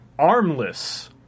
armless